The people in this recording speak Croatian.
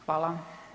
Hvala.